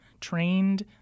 trained